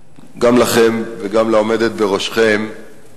גם לכם וגם לעומדת בראשכם אני